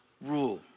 rule